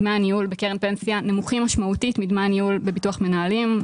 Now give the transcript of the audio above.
דמי הניהול בקרן פנסיה נמוכים משמעותית מדמי הניהול בביטוח מנהלים.